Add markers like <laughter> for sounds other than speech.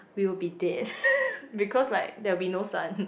we will be dead <noise> because like there will be no sun